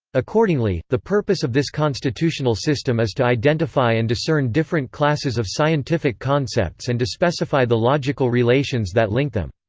accordingly, the purpose of this constitutional system is to identify and discern different classes of scientific concepts and to specify the logical relations that link them.